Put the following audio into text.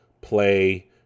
play